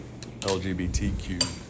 LGBTQ